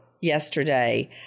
yesterday